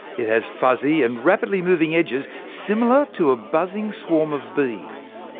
it has fuzzy and rapidly moving edges, similar to a buzzing swarm of bees.